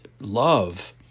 love